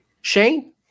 Shane